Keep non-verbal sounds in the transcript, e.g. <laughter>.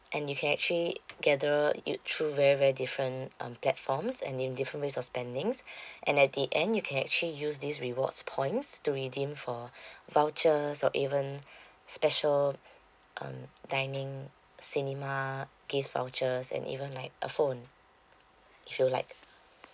and you can actually gather it through very very different um platform and in different ways of spendings <breath> and at the end you can actually use this rewards points to redeem for <breath> vouchers or even <breath> special um dining cinema gift vouchers and even like a phone if you like